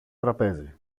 τραπέζι